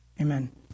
Amen